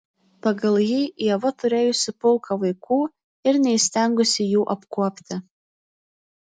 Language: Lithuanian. pagal jį ieva turėjusi pulką vaikų ir neįstengusi jų apkuopti